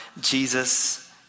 Jesus